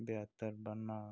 बेहतर बनना